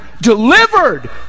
delivered